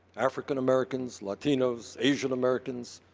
african-americans, latinos, asian-americans.